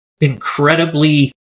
incredibly